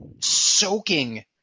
soaking